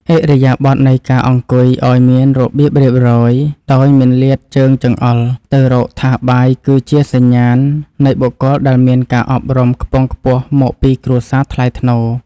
ឥរិយាបថនៃការអង្គុយឱ្យមានរបៀបរៀបរយដោយមិនលាតជើងចង្អុលទៅរកថាសបាយគឺជាសញ្ញាណនៃបុគ្គលដែលមានការអប់រំខ្ពង់ខ្ពស់មកពីគ្រួសារថ្លៃថ្នូរ។